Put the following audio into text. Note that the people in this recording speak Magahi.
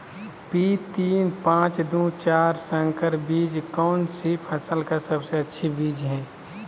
पी तीन पांच दू चार संकर बीज कौन सी फसल का सबसे अच्छी बीज है?